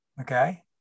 okay